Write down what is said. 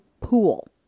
pool